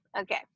Okay